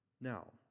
Now